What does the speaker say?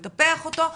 לטפח אותו,